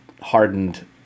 hardened